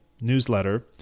newsletter